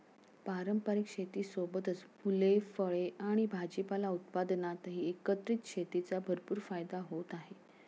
पारंपारिक शेतीसोबतच फुले, फळे आणि भाजीपाला उत्पादनातही एकत्रित शेतीचा भरपूर फायदा होत आहे